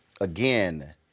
again